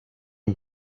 and